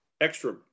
extra